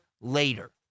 later